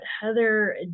Heather